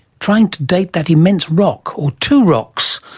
trying to date that immense rock, or two rocks,